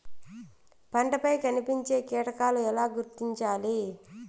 పంటలపై కనిపించే కీటకాలు ఎలా గుర్తించాలి?